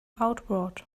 outward